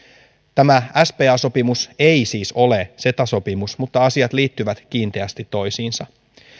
tämä spa sopimus ei siis ole ceta sopimus mutta asiat liittyvät kiinteästi toisiinsa